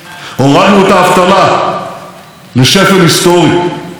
הורדנו את האי-שוויון באופן רצוף משנה לשנה.